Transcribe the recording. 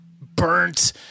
burnt